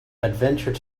adventure